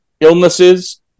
illnesses